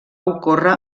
ocórrer